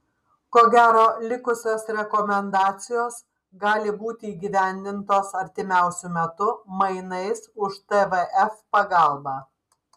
ko gero likusios rekomendacijos gali būti įgyvendintos artimiausiu metu mainais už tvf pagalbą